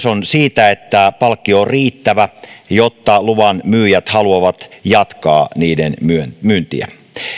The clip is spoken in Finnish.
on myös siitä että palkkio olisi riittävä jotta luvanmyyjät haluavat jatkaa niiden myyntiä